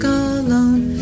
alone